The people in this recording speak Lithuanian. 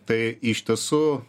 tai iš tiesų